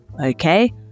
okay